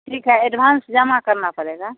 ठीक है एडवांस जामा करना पड़ेगा